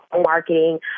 marketing